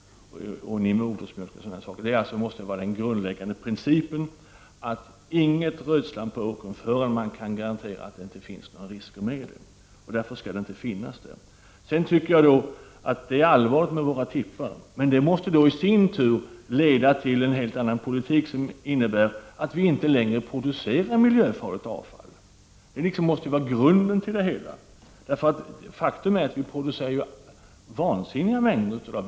Den grundläggande principen måste vara att inget rötslam får läggas på åkermark förrän man kan garantera att det inte finns någon risk med det. Därför skall det inte finnas där nu. Sedan tycker jag att det är allvarligt med våra tippar. Vi måste föra en helt annan politik som innebär att vi inte längre producerar miljöfarligt avfall. Det måste vara grunden till det hela. Faktum är att vi producerar vansinniga mängder av avfall.